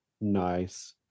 Nice